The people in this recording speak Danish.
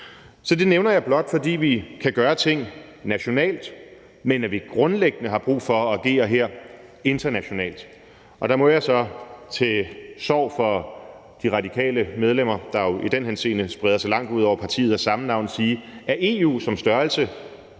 Det nævner jeg blot, fordi jeg vil sige, at vi kan gøre ting nationalt, men at vi grundlæggende har brug for at agere internationalt her. Og der må jeg så til sorg for de radikale medlemmer, der jo i den henseende spreder sig langt ud over partiet af samme navn, sige, at EU som størrelse